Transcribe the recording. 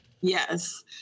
Yes